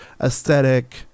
aesthetic